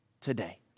today